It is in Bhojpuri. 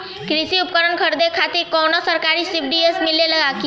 कृषी उपकरण खरीदे खातिर कउनो सरकारी सब्सीडी मिलेला की?